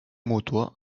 mútua